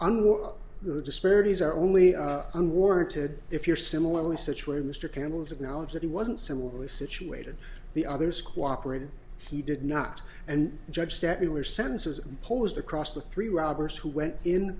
and the disparities are only unwarranted if you're similarly situated mr canales acknowledge that he wasn't similarly situated the others cooperated he did not and judge stetler census posed across the three robbers who went in